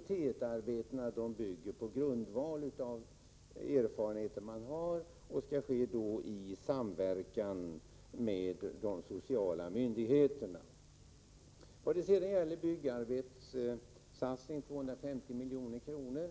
T 1-arbetena bygger på de erfarenheter man har, och de skall genomföras i samverkan med de sociala myndigheterna. När det sedan gäller byggarbetssatsningen på 250 milj.kr.